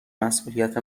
مسئولیت